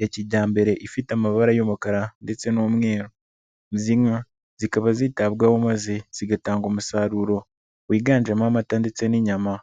ya kijyambere ifite amabara y'umukara ndetse n'umweru, izi nka zikaba zitabwaho maze zigatanga umusaruro wiganjemo amata ndetse n'inyama.